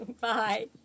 Bye